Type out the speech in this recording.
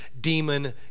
demon